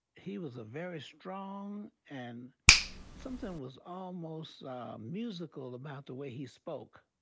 he was ah very strong and something was almost musical about the way he spoke,